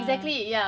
lagi cepat stress